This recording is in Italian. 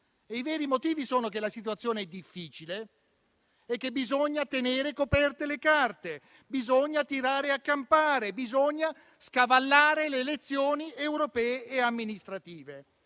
I veri motivi sono che la situazione è difficile e che bisogna tenere coperte le carte, bisogna tirare a campare, bisogna scavallare le elezioni europee e amministrative.